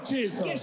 Jesus